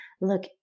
look